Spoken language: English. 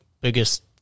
biggest